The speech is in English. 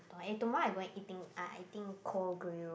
eh tomorrow I going eating ah I eating Koh-grill